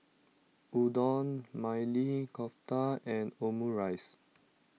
Udon Maili Kofta and Omurice